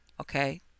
Okay